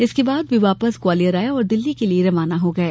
इसके बाद वे वापस ग्वालियर आए और दिल्ली के लिए रवाना हो गये